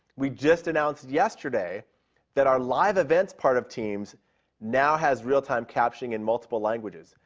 we just announced yesterday that our live events part of teams now has real time captioning in multiple languages.